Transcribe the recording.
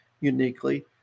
uniquely